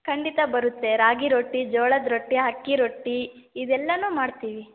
ಖಂಡಿತ ಬರುತ್ತೆ ರಾಗಿ ರೊಟ್ಟಿ ಜೋಳದ ರೊಟ್ಟಿ ಅಕ್ಕಿ ರೊಟ್ಟಿ ಇದೆಲ್ಲನೂ ಮಾಡ್ತೀವಿ